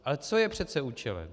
Ale co je přece účelem?